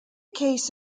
case